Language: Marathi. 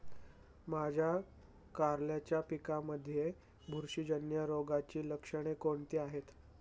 माझ्या कारल्याच्या पिकामध्ये बुरशीजन्य रोगाची लक्षणे कोणती आहेत?